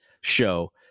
show